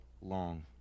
long